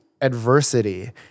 adversity